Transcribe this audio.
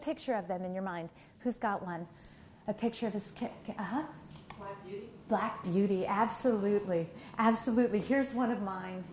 picture of them in your mind who's got one a picture of his black beauty absolutely absolutely here's one of mine